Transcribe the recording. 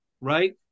right